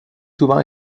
souvent